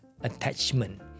attachment